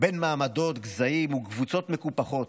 בין מעמדות, גזעים וקבוצות מקופחות,